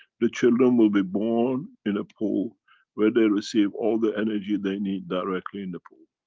the children will be born in a pool where they receive all the energy they need directly in the pool.